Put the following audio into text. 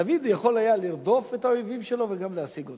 דוד יכול היה לרדוף את האויבים שלו וגם להשיג אותם.